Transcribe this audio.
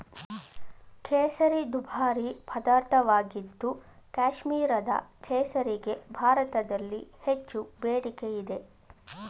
ಕೇಸರಿ ದುಬಾರಿ ಪದಾರ್ಥವಾಗಿದ್ದು ಕಾಶ್ಮೀರದ ಕೇಸರಿಗೆ ಭಾರತದಲ್ಲಿ ಹೆಚ್ಚು ಬೇಡಿಕೆ ಇದೆ